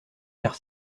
car